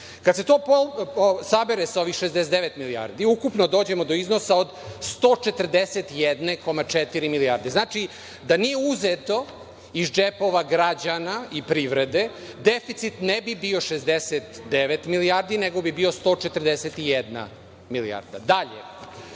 Kada se to sabere sa ovih 69 milijardi ukupno dođemo do iznosa od 141,4 milijardi. Znači, da nije uzeto iz džepova građana i privrede deficit ne bi bio 69 milijardi nego bi bio 141 milijarda. Dalje,